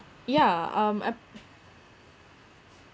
yeah um I